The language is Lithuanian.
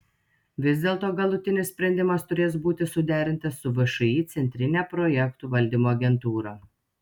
vis dėlto galutinis sprendimas turės būti suderintas su všį centrine projektų valdymo agentūra